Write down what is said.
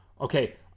Okay